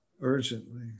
urgently